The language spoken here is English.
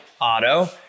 auto